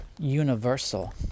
universal